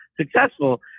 successful